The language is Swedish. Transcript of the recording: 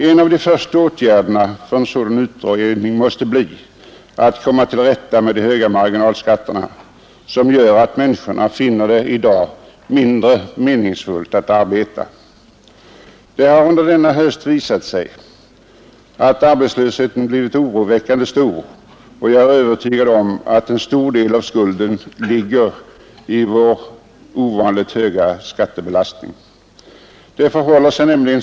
En av de första åtgärderna för utredningen måste bli att komma till rätta med de höga marginalskatterna, som gör att människorna i dag finner det mindre meningsfullt att arbeta. Det har under denna höst visat sig att arbetslösheten blivit oroväckande stor, och jag är övertygad om att en stor del av skulden ligger i vår ovanligt höga skattebelastning.